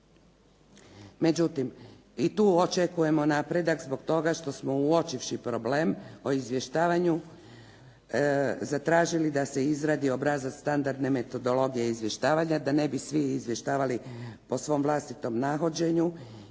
Međutim, i tu očekujemo napredak zbog toga što smo uočivši problem o izvještavanju zatražili da se izradi obrazac standardne metodologije izvještavanja, da ne bi svi izvještavali po svom vlastitom nahođenju.